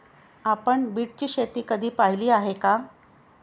आपण बीटची शेती कधी पाहिली आहे का?